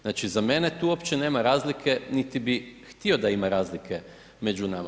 Znači za mene tu uopće nema razlike niti bih htio da ima razlike među nama.